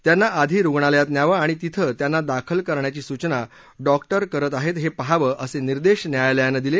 त्यांना आधी रुग्णालयात न्यावं आणि तिथं त्यांना दाखल करण्याची सूचना डॉक्टर करताहेत हे पहावं असे निर्देश न्यायालयानं दिले